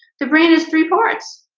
the brain is three parts.